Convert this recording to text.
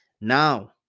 Now